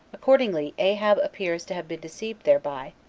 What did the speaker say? accordingly ahab appears to have been deceived thereby,